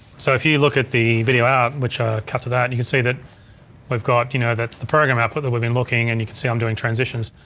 so if you look at the video out, which i'll cut to that, and you can see that we've got, you know, that's the program app but that we've been looking and you can see i'm doing transitions.